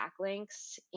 backlinks